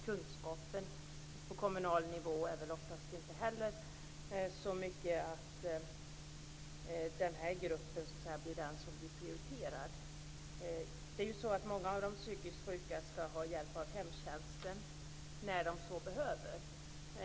Kunskapen på kommunal nivå är väl oftast inte heller så stor att denna grupp prioriteras. Många av de psykiskt sjuka skall få hjälp av hemtjänsten när de så behöver.